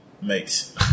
Makes